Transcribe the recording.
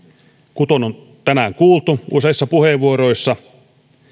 kuten on tänään kuultu useissa puheenvuoroissa